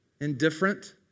indifferent